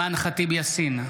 אימאן ח'טיב יאסין,